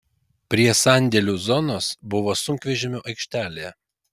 prie sandėlių zonos buvo sunkvežimių aikštelė